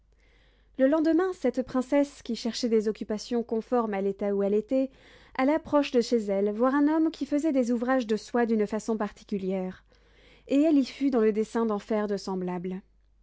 le lendemain cette princesse qui cherchait des occupations conformes à l'état où elle était alla proche de chez elle voir un homme qui faisait des ouvrages de soie d'une façon particulière et elle y fut dans le dessein d'en faire faire de semblables